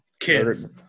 Kids